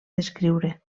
descriure